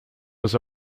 was